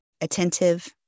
attentive